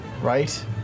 right